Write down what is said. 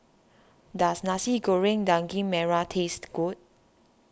does Nasi Goreng Daging Merah taste good